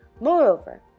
Moreover